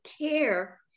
care